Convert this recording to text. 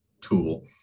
tool